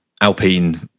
Alpine